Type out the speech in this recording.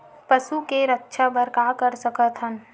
पशु के रक्षा बर का कर सकत हन?